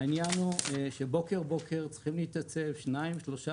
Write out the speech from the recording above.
העניין הוא שבוקר בוקר צריכים להתייצב שניים-שלושה